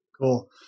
Cool